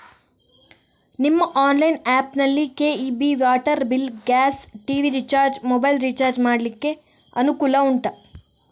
ನಿಮ್ಮ online app ನಲ್ಲಿ KEB, water bill, gas, TV recharge, mobile recharge ಮಾಡ್ಲಿಕ್ಕೆ ಅನುಕೂಲ ಉಂಟಾ